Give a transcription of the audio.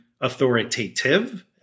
authoritative